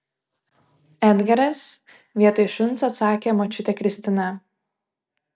edgaras vietoj šuns atsakė močiutė kristina